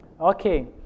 Okay